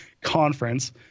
conference